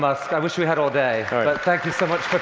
musk, i wish we had all day, but thank you so much